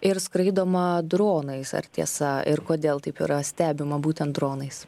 ir skraidoma dronais ar tiesa ir kodėl taip yra stebima būtent dronais